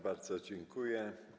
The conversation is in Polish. Bardzo dziękuję.